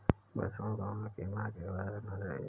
बछड़ों को उनकी मां के पास रखना चाहिए